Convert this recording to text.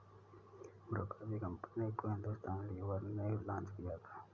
Bru coffee company को Hindustan Lever ने launch किया था